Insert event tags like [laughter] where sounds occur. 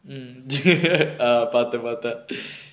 mm [laughs] ah பாத்த பாத்த:paaththa paaththa [breath]